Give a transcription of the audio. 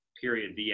period